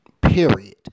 period